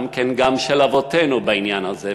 של אבותינו בעניין הזה,